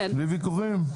בלי ויכוחים?